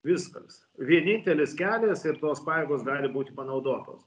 viskas vienintelis kelias ir tos pajėgos gali būti panaudotos